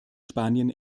spanien